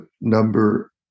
number